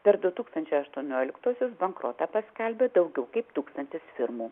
per du tūkstančiai aštuonioliktuosius bankrotą paskelbė daugiau kaip tūkstantis firmų